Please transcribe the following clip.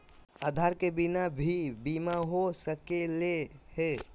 आधार के बिना भी बीमा हो सकले है?